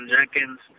Jenkins